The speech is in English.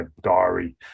diary